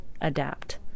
adapt